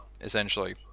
essentially